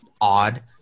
odd